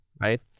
right